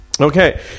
Okay